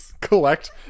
collect